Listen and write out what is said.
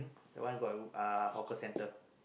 that one got uh hawker centre